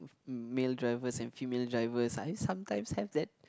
male drivers and females drivers I sometimes have that